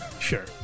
Sure